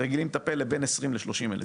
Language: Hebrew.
רגילים לטפל בין 20,000 ל-30,000 עולים.